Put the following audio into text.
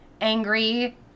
angry